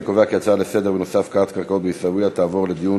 אני קובע כי ההצעה לסדר-היום בנושא הפקעת קרקעות בעיסאוויה תעבור לדיון